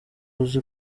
uzi